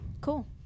Cool